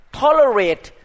tolerate